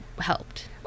helped